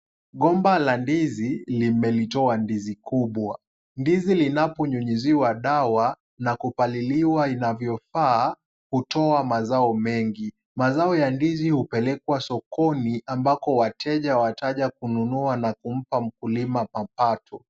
Gomba la ndizi limelitoa ndizi kubwa. Ndizi linapo nyunyiziwa dawa na kupaliliwa inavyofaa, hutoa mazao mengi. Mazao ya ndizi hupelekwa sokoni, ambako wateja wataja kununua na kumpa mkulima papato.